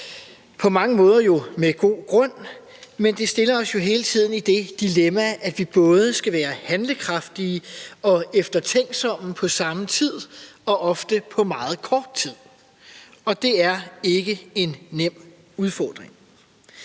På mange måder med god grund, men det stiller os jo hele tiden i det dilemma, at vi både skal være handlekraftige og eftertænksomme på samme tid og ofte på meget kort tid. Og det er ikke en nem udfordring.